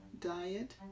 diet